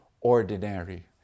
ordinary